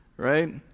Right